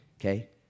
okay